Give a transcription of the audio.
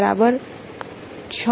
બરાબર સાથે